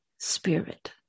spirit